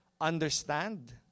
understand